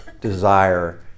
desire